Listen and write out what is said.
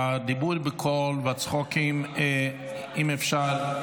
הדיבור בקול והצחוקים, אם אפשר.